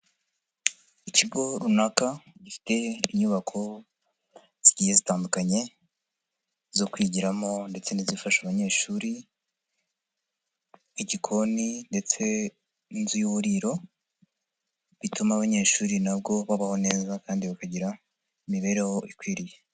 Ikigo runaka gifite inyubako zigiye zitandukanye zo kwigiramo ndetse n'izifasha abanyeshuri nk'igikoni ndetse n'inzu y'uburiro, ituma abanyeshuri nabwo babaho neza kandi bakagira imibereho ikwiriye.